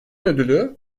ödülü